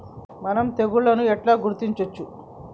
మనం తెగుళ్లను ఎట్లా గుర్తించచ్చు?